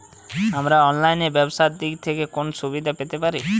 আমরা অনলাইনে ব্যবসার দিক থেকে কোন সুবিধা পেতে পারি?